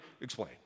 explain